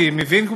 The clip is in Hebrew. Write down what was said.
אני מבין,